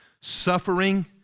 Suffering